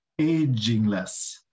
agingless